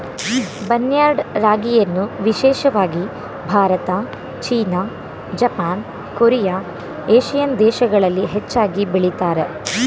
barnyard ರಾಗಿಯನ್ನು ವಿಶೇಷವಾಗಿ Bharat, China, Japan, Korea, Asian ದೇಶಗಳಲ್ಲಿ ಹೆಚ್ಚಾಗಿ ಬೆಳಿತಾರೆ